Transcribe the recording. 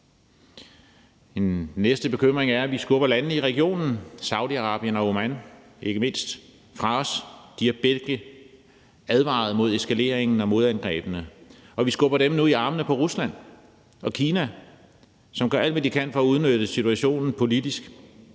grund og bekymring er, at vi skubberlandene i regionen, ikke mindst Saudi-Arabien og Oman, fra os. De har begge advaret mod eskaleringen og modangrebene. Vi skubber dem i armene på Rusland og Kina, som gør alt, hvad de kan, for at udnytte situationen politisk.